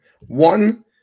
one